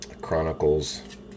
Chronicles